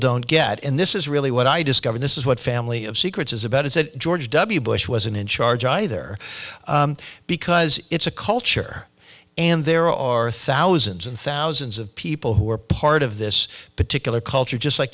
don't get and this is really what i discovered this is what family of secrets is about is that george w bush wasn't in charge either because it's a culture and there are thousands and thousands of people who are part of this particular culture